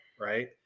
right